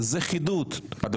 לא הצבעת.